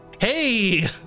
Hey